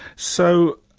so,